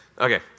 Okay